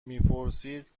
میپرسید